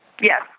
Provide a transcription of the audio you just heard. Yes